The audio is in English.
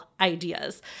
ideas